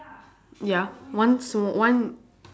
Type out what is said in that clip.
ya one small one